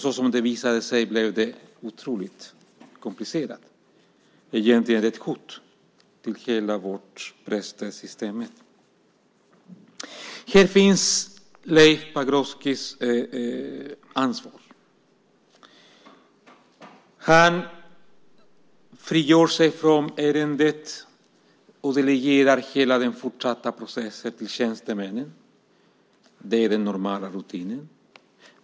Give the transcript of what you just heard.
Som det visade sig blev det otroligt komplicerat och egentligen ett hot mot hela vårt presstödssystem. Här finns Leif Pagrotskys ansvar. Han frigör sig från ärendet och delegerar hela den fortsatta processen till tjänstemännen. Det är den normala rutinen.